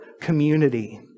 community